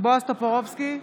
בועז טופורובסקי,